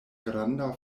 granda